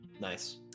nice